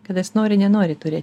kada jis nori nenori turi